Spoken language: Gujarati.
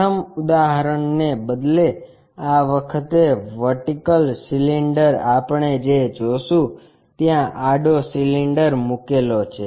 પ્રથમ ઉદાહરણને બદલે આં વખતે વર્ટિકલ સિલિન્ડર આપણે જે જોશું ત્યાં આડો સિલિન્ડર મૂકેલો છે